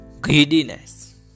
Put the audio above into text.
greediness